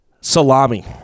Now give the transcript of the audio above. Salami